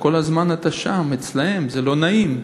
כל הזמן אתה שם, אצלם, זה לא נעים.